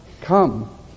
come